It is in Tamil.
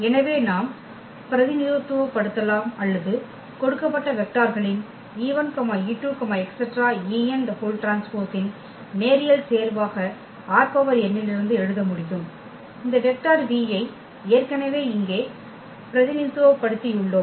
எனவே நாம் பிரதிநிதித்துவப்படுத்தலாம் அல்லது கொடுக்கப்பட்ட வெக்டார்களின் e1e2enT இன் நேரியல் சேர்வாக ℝn இலிருந்து எழுத முடியும் இந்த வெக்டார் v ஐ ஏற்கனவே இங்கு பிரதிநிதித்துவப்படுத்தி உள்ளோம்